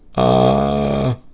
a